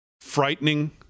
frightening